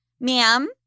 Ma'am